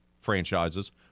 franchises